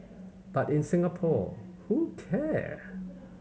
but in Singapore who care